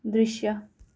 दृश्य